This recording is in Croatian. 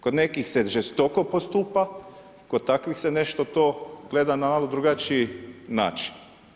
Kod nekih se žestoko postupa, kod takvih se nešto to gleda na malo drugačiji način.